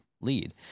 lead